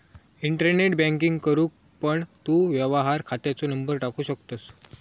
internet banking करूक पण तू व्यवहार खात्याचो नंबर टाकू शकतंस